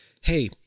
Hey